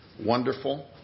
wonderful